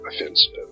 offensive